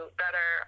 better